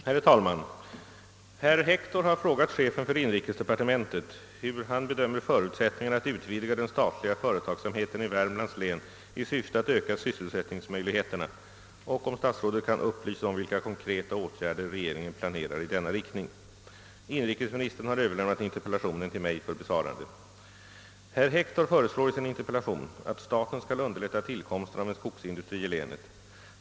Herr talman! Herr Hector har frågat chefen för inrikesdepartementet hur han bedömer förutsättningarna att ut län vidga den statliga företagsamheten i Värmlands län i syfte att öka sysselsättningsmöjligheterna och om statsrådet kan upplysa om vilka konkreta åtgärder regeringen planerar i denna riktning. Inrikesministern har överlämnat interpellationen till mig för besvarande. Herr Hector föreslår i sin interpellation att staten skall underlätta tillkomsten av en skogsindustri i länet.